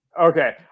Okay